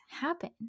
happen